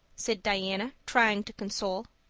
said diana, trying to console.